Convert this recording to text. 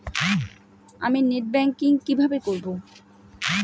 আমি net banking কিভাবে করব?